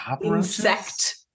insect